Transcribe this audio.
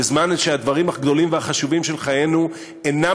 בזמן שהדברים הגדולים והחשובים של חיינו אינם